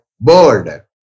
bird